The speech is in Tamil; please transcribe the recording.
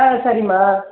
ஆ சரிம்மா